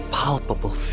palpable